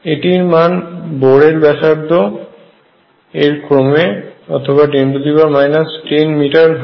এটির মান বোরের ব্যসার্ধ এর ক্রমে অথবা 10 10 মিটার হয়